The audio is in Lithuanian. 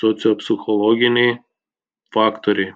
sociopsichologiniai faktoriai